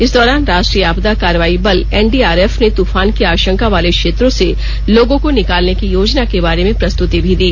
इस दौरान राष्ट्रीय आपदा कार्रवाई बल एनडीआरएफ ने तूफान की आशंका वाले क्षेत्रों से लोगों को निकालने की योजना के बारे में प्रस्तुति भी दी